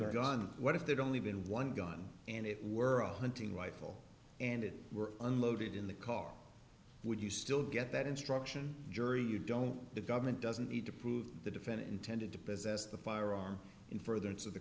gun what if they'd only been one gun and it were a hunting rifle and it were unloaded in the car would you still get that instruction jury you don't the government doesn't need to prove the defendant intended to possess the firearm in further